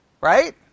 right